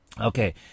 Okay